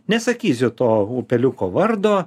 nesakysiu to upeliuko vardo